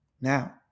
now